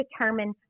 determine